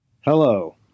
Hello